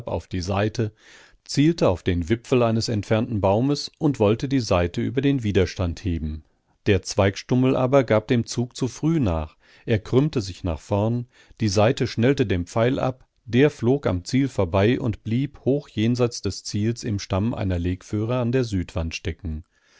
auf die saite zielte auf den wipfel eines entfernten baumes und wollte die saite über den widerstand heben der zweigstummel aber gab dem zug zu früh nach er krümmte sich nach vorn die saite schnellte den pfeil ab der flog am ziel vorbei und blieb hoch jenseits des ziels im stamm einer legföhre an der südwand stecken